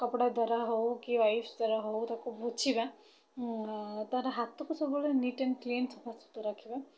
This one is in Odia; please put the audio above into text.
କପଡ଼ା ଦ୍ଵାରା ହଉ କି ୱାଇପ୍ସ ଦ୍ଵାରା ହଉ ତାକୁ ପୋଛିବା ତା'ର ହାତକୁ ସବୁବେଳେ ନିଟ୍ ଆଣ୍ଡ କ୍ଲିନ୍ ସଫାସୁତୁରା ରଖିବା